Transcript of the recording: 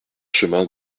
chemin